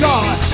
God